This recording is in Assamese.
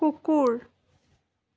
কুকুৰ